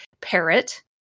parrot